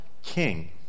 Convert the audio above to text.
King